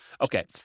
okay